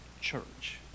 church